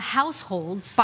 households